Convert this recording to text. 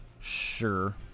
sure